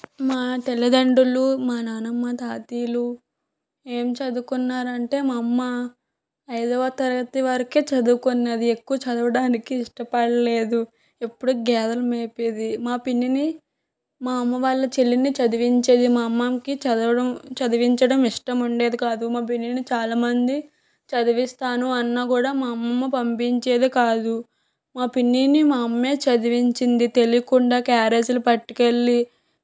మా తల్లిదండ్రులు మా నానమ్మ తాతయ్యలు ఏమి చదువుకున్నారు అంటే మా అమ్మ ఐదవ తరగతి వరకు చదువుకున్నది ఎక్కువ చదవడానికి ఇష్టపడలేదు ఎప్పుడు గేదలు మేపేది మా పిన్నిని మా అమ్మ వాళ్ళ చెల్లిని చదివించేది మా అమ్మమ్మకి చదవడం చదివించడం ఇష్టం ఉండేది కాదు మా పిన్నిని చాలామంది చదివిస్తాను అన్న కూడా మా అమ్మమ్మ పంపించేది కాదు మా పిన్నిని మా అమ్మ చదివించింది తెలియకుండా క్యారేజీలు పట్టుకు వెళ్ళి